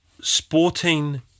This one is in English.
sporting